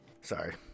sorry